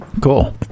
Cool